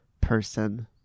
person